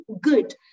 good